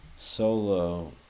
solo